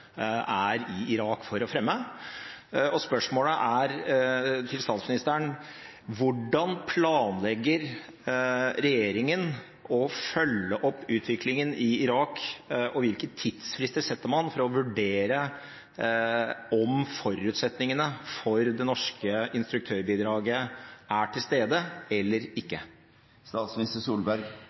i Irak for å fremme. Spørsmålet til statsministeren er: Hvordan planlegger regjeringen å følge opp utviklingen i Irak, og hvilke tidsfrister setter man for å vurdere om forutsetningene for det norske instruktørbidraget er til stede eller ikke?